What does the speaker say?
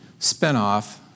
spinoff